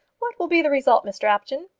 what will be the result, mr apjohn?